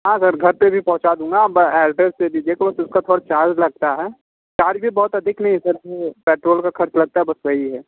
हाँ सर घर पर भी पहुंचा दूँगा आप एड्रेस दे दीजिए बस उसका थोड़ा चार्ज लगता है चार्ज भी बहुत अधिक नहीं है सर वह पेट्रोल का खर्च लगता है बस वही है